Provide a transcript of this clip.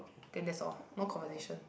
then that's all no conversation